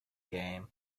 game